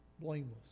Blameless